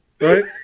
right